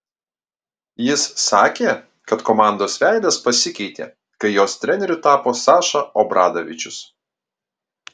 jis sakė kad komandos veidas pasikeitė kai jos treneriu tapo saša obradovičius